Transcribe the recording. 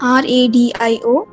radio